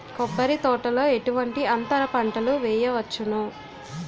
కొబ్బరి తోటలో ఎటువంటి అంతర పంటలు వేయవచ్చును?